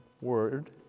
word